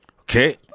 Okay